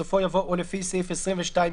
בסופו יבוא "או לפי סעיף 22יח"."